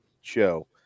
show